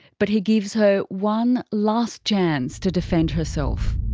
but he gives her one last chance to defend herself.